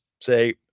say